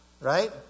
right